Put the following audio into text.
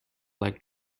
like